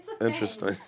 interesting